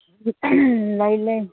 ꯂꯩ ꯂꯩ